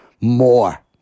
More